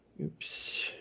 Oops